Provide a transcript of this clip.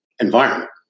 environment